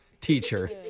teacher